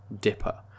dipper